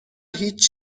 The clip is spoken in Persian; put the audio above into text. هیچ